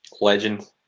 Legend